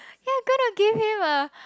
ya gonna give him a